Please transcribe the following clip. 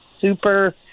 super